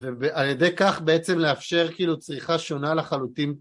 ועל ידי כך בעצם לאפשר כאילו צריכה שונה לחלוטין